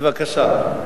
בבקשה.